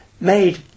made